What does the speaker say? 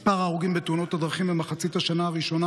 מספר ההרוגים בתאונות הדרכים במחצית השנה הראשונה